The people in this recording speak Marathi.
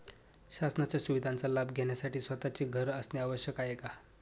शासनाच्या सुविधांचा लाभ घेण्यासाठी स्वतःचे घर असणे आवश्यक आहे का?